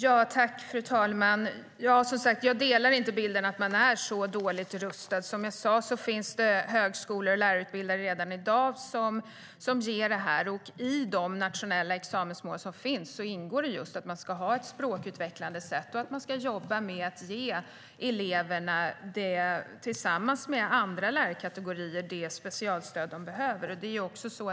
Fru ålderspresident! Jag delar inte bilden att man är så dåligt rustad. Som jag sa finns det högskolor och lärarutbildare redan i dag som ger utbildning i det här. I de nationella examensmål som finns ingår det just att man ska ha ett språkutvecklande sätt och att man, tillsammans med andra lärarkategorier, ska jobba med att ge eleverna det specialstöd de behöver.